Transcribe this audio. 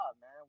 man